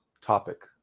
topic